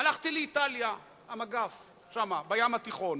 הלכתי לאיטליה, המגף, שם, בים התיכון,